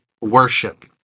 worship